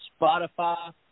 Spotify